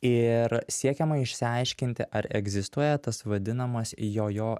ir siekiama išsiaiškinti ar egzistuoja tas vadinamas jojo